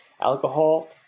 Alcohol